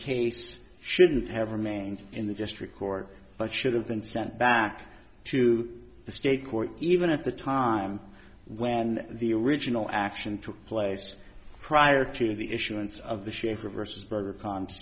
case shouldn't have remained in the district court but should have been sent back to the state court even at the time when the original action took place prior to the issuance of the schaefer vs very conscious